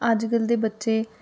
अज्जकल दे बच्चे